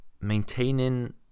maintaining